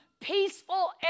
peaceful